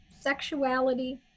sexuality